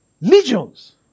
Legions